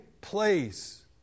place